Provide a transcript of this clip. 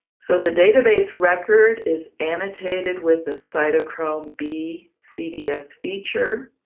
so the data base record is annotated with the cytochrome b cds feature.